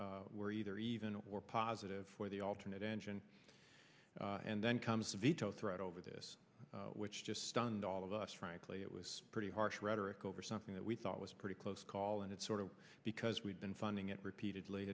dollars were either even or positive for the alternate engine and then comes a veto threat over this which just stunned all of us frankly it was pretty harsh rhetoric over something that we thought was pretty close call and it sort of because we've been funding it repeatedly